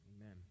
Amen